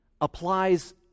applies